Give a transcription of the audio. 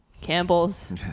Campbell's